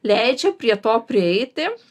leidžia prie to prieiti